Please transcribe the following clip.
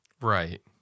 Right